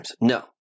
no